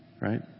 right